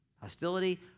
hostility